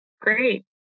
great